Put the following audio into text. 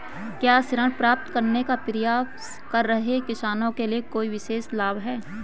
क्या ऋण प्राप्त करने का प्रयास कर रहे किसानों के लिए कोई विशेष लाभ हैं?